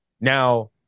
now